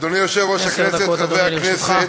אדוני היושב-ראש, חברי הכנסת,